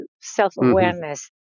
self-awareness